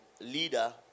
leader